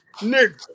Nigga